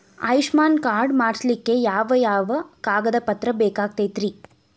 Ayushman card ಮಾಡ್ಸ್ಲಿಕ್ಕೆ ಯಾವ ಯಾವ ಕಾಗದ ಪತ್ರ ಬೇಕಾಗತೈತ್ರಿ?